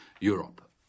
Europe